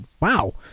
wow